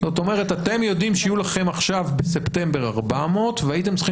זאת אומרת אתם יודעים שיהיו לכם בספטמבר 400 והייתם צריכים